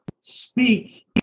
speak